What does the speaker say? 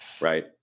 Right